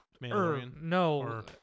no